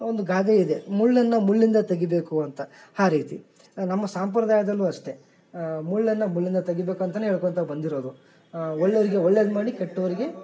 ಒಂದು ಗಾದೆ ಇದೆ ಮುಳ್ಳನ್ನು ಮುಳ್ಳಿಂದ ತೆಗಿಬೇಕು ಅಂತ ಆ ರೀತಿ ನಮ್ಮ ಸಂಪ್ರದಾಯದಲ್ಲೂ ಅಷ್ಟೇ ಮುಳ್ಳನ್ನು ಮುಳ್ಳಿಂದ ತೆಗಿಬೇಕು ಅಂತಾ ಹೇಳ್ಕೊತ ಬಂದಿರೋದು ಒಳ್ಳೆಯವರಿಗೆ ಒಳ್ಳೇದುಮಾಡಿ ಕೆಟ್ಟೋರಿಗೆ